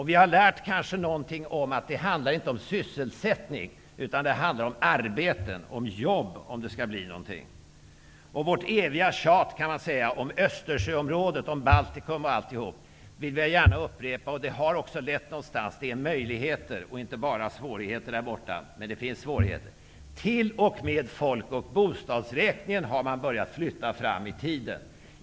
Vi har kanske lärt ut någonting om att det inte handlar om sysselsättning, utan det handlar om arbeten och jobb om det skall bli något resultat. Vårt eviga tjat om Östersjöområdet, Baltikum och alltihop har -- och det vill jag upprepa -- lett till möjligheter, och inte bara till svårigheter där borta, för där finns verkligen svårigheter. T.o.m. folk och bostadsräkningen har flyttats framåt i tiden.